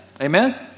Amen